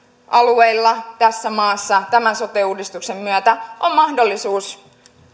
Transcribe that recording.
alueilla tässä maassa tämän sote uudistuksen myötä on mahdollisuus